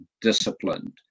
disciplined